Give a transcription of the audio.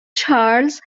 چارلز